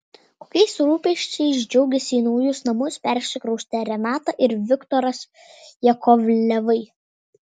kokiais rūpesčiais džiaugiasi į naujus namus persikraustę renata ir viktoras jakovlevai